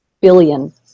billion